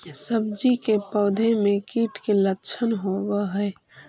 सब्जी के पौधो मे कीट के लच्छन होबहय?